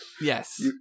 Yes